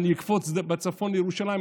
אני אקפוץ מהצפון לירושלים,